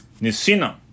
Nisina